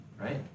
Right